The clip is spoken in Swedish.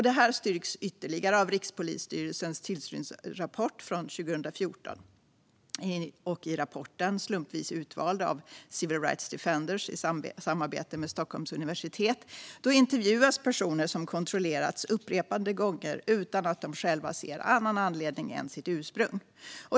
Detta styrks ytterligare av Rikspolisstyrelsens tillsynsrapport från 2014. I rapporten Slumpvis utvald av Civil Rights Defenders i samarbete med Stockholms universitet intervjuas personer som kontrollerats upprepade gånger utan att de själva ser någon annan anledning än sitt ursprung.